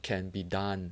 can be done